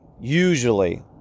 usually